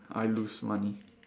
I lose money